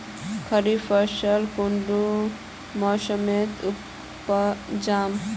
खरीफ फसल कुंडा मोसमोत उपजाम?